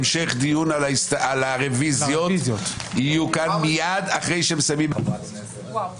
המשך דיון על הרוויזיות יהיה כאן מיד אחרי ישיבת ועדת